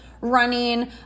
running